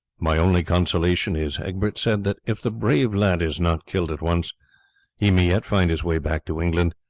my only consolation is, egbert said, that if the brave lad is not killed at once he may yet find his way back to england.